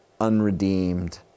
unredeemed